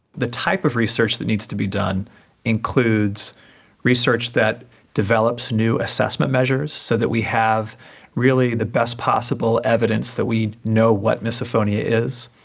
the type of research that needs to be done includes research that develops new assessment measures so that we have really the best possible evidence that we know what misophonia is.